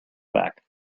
back